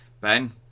Ben